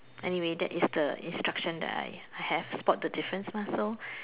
anyway that is the instruction that I have have spot the difference mah so